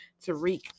Tariq